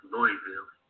Louisville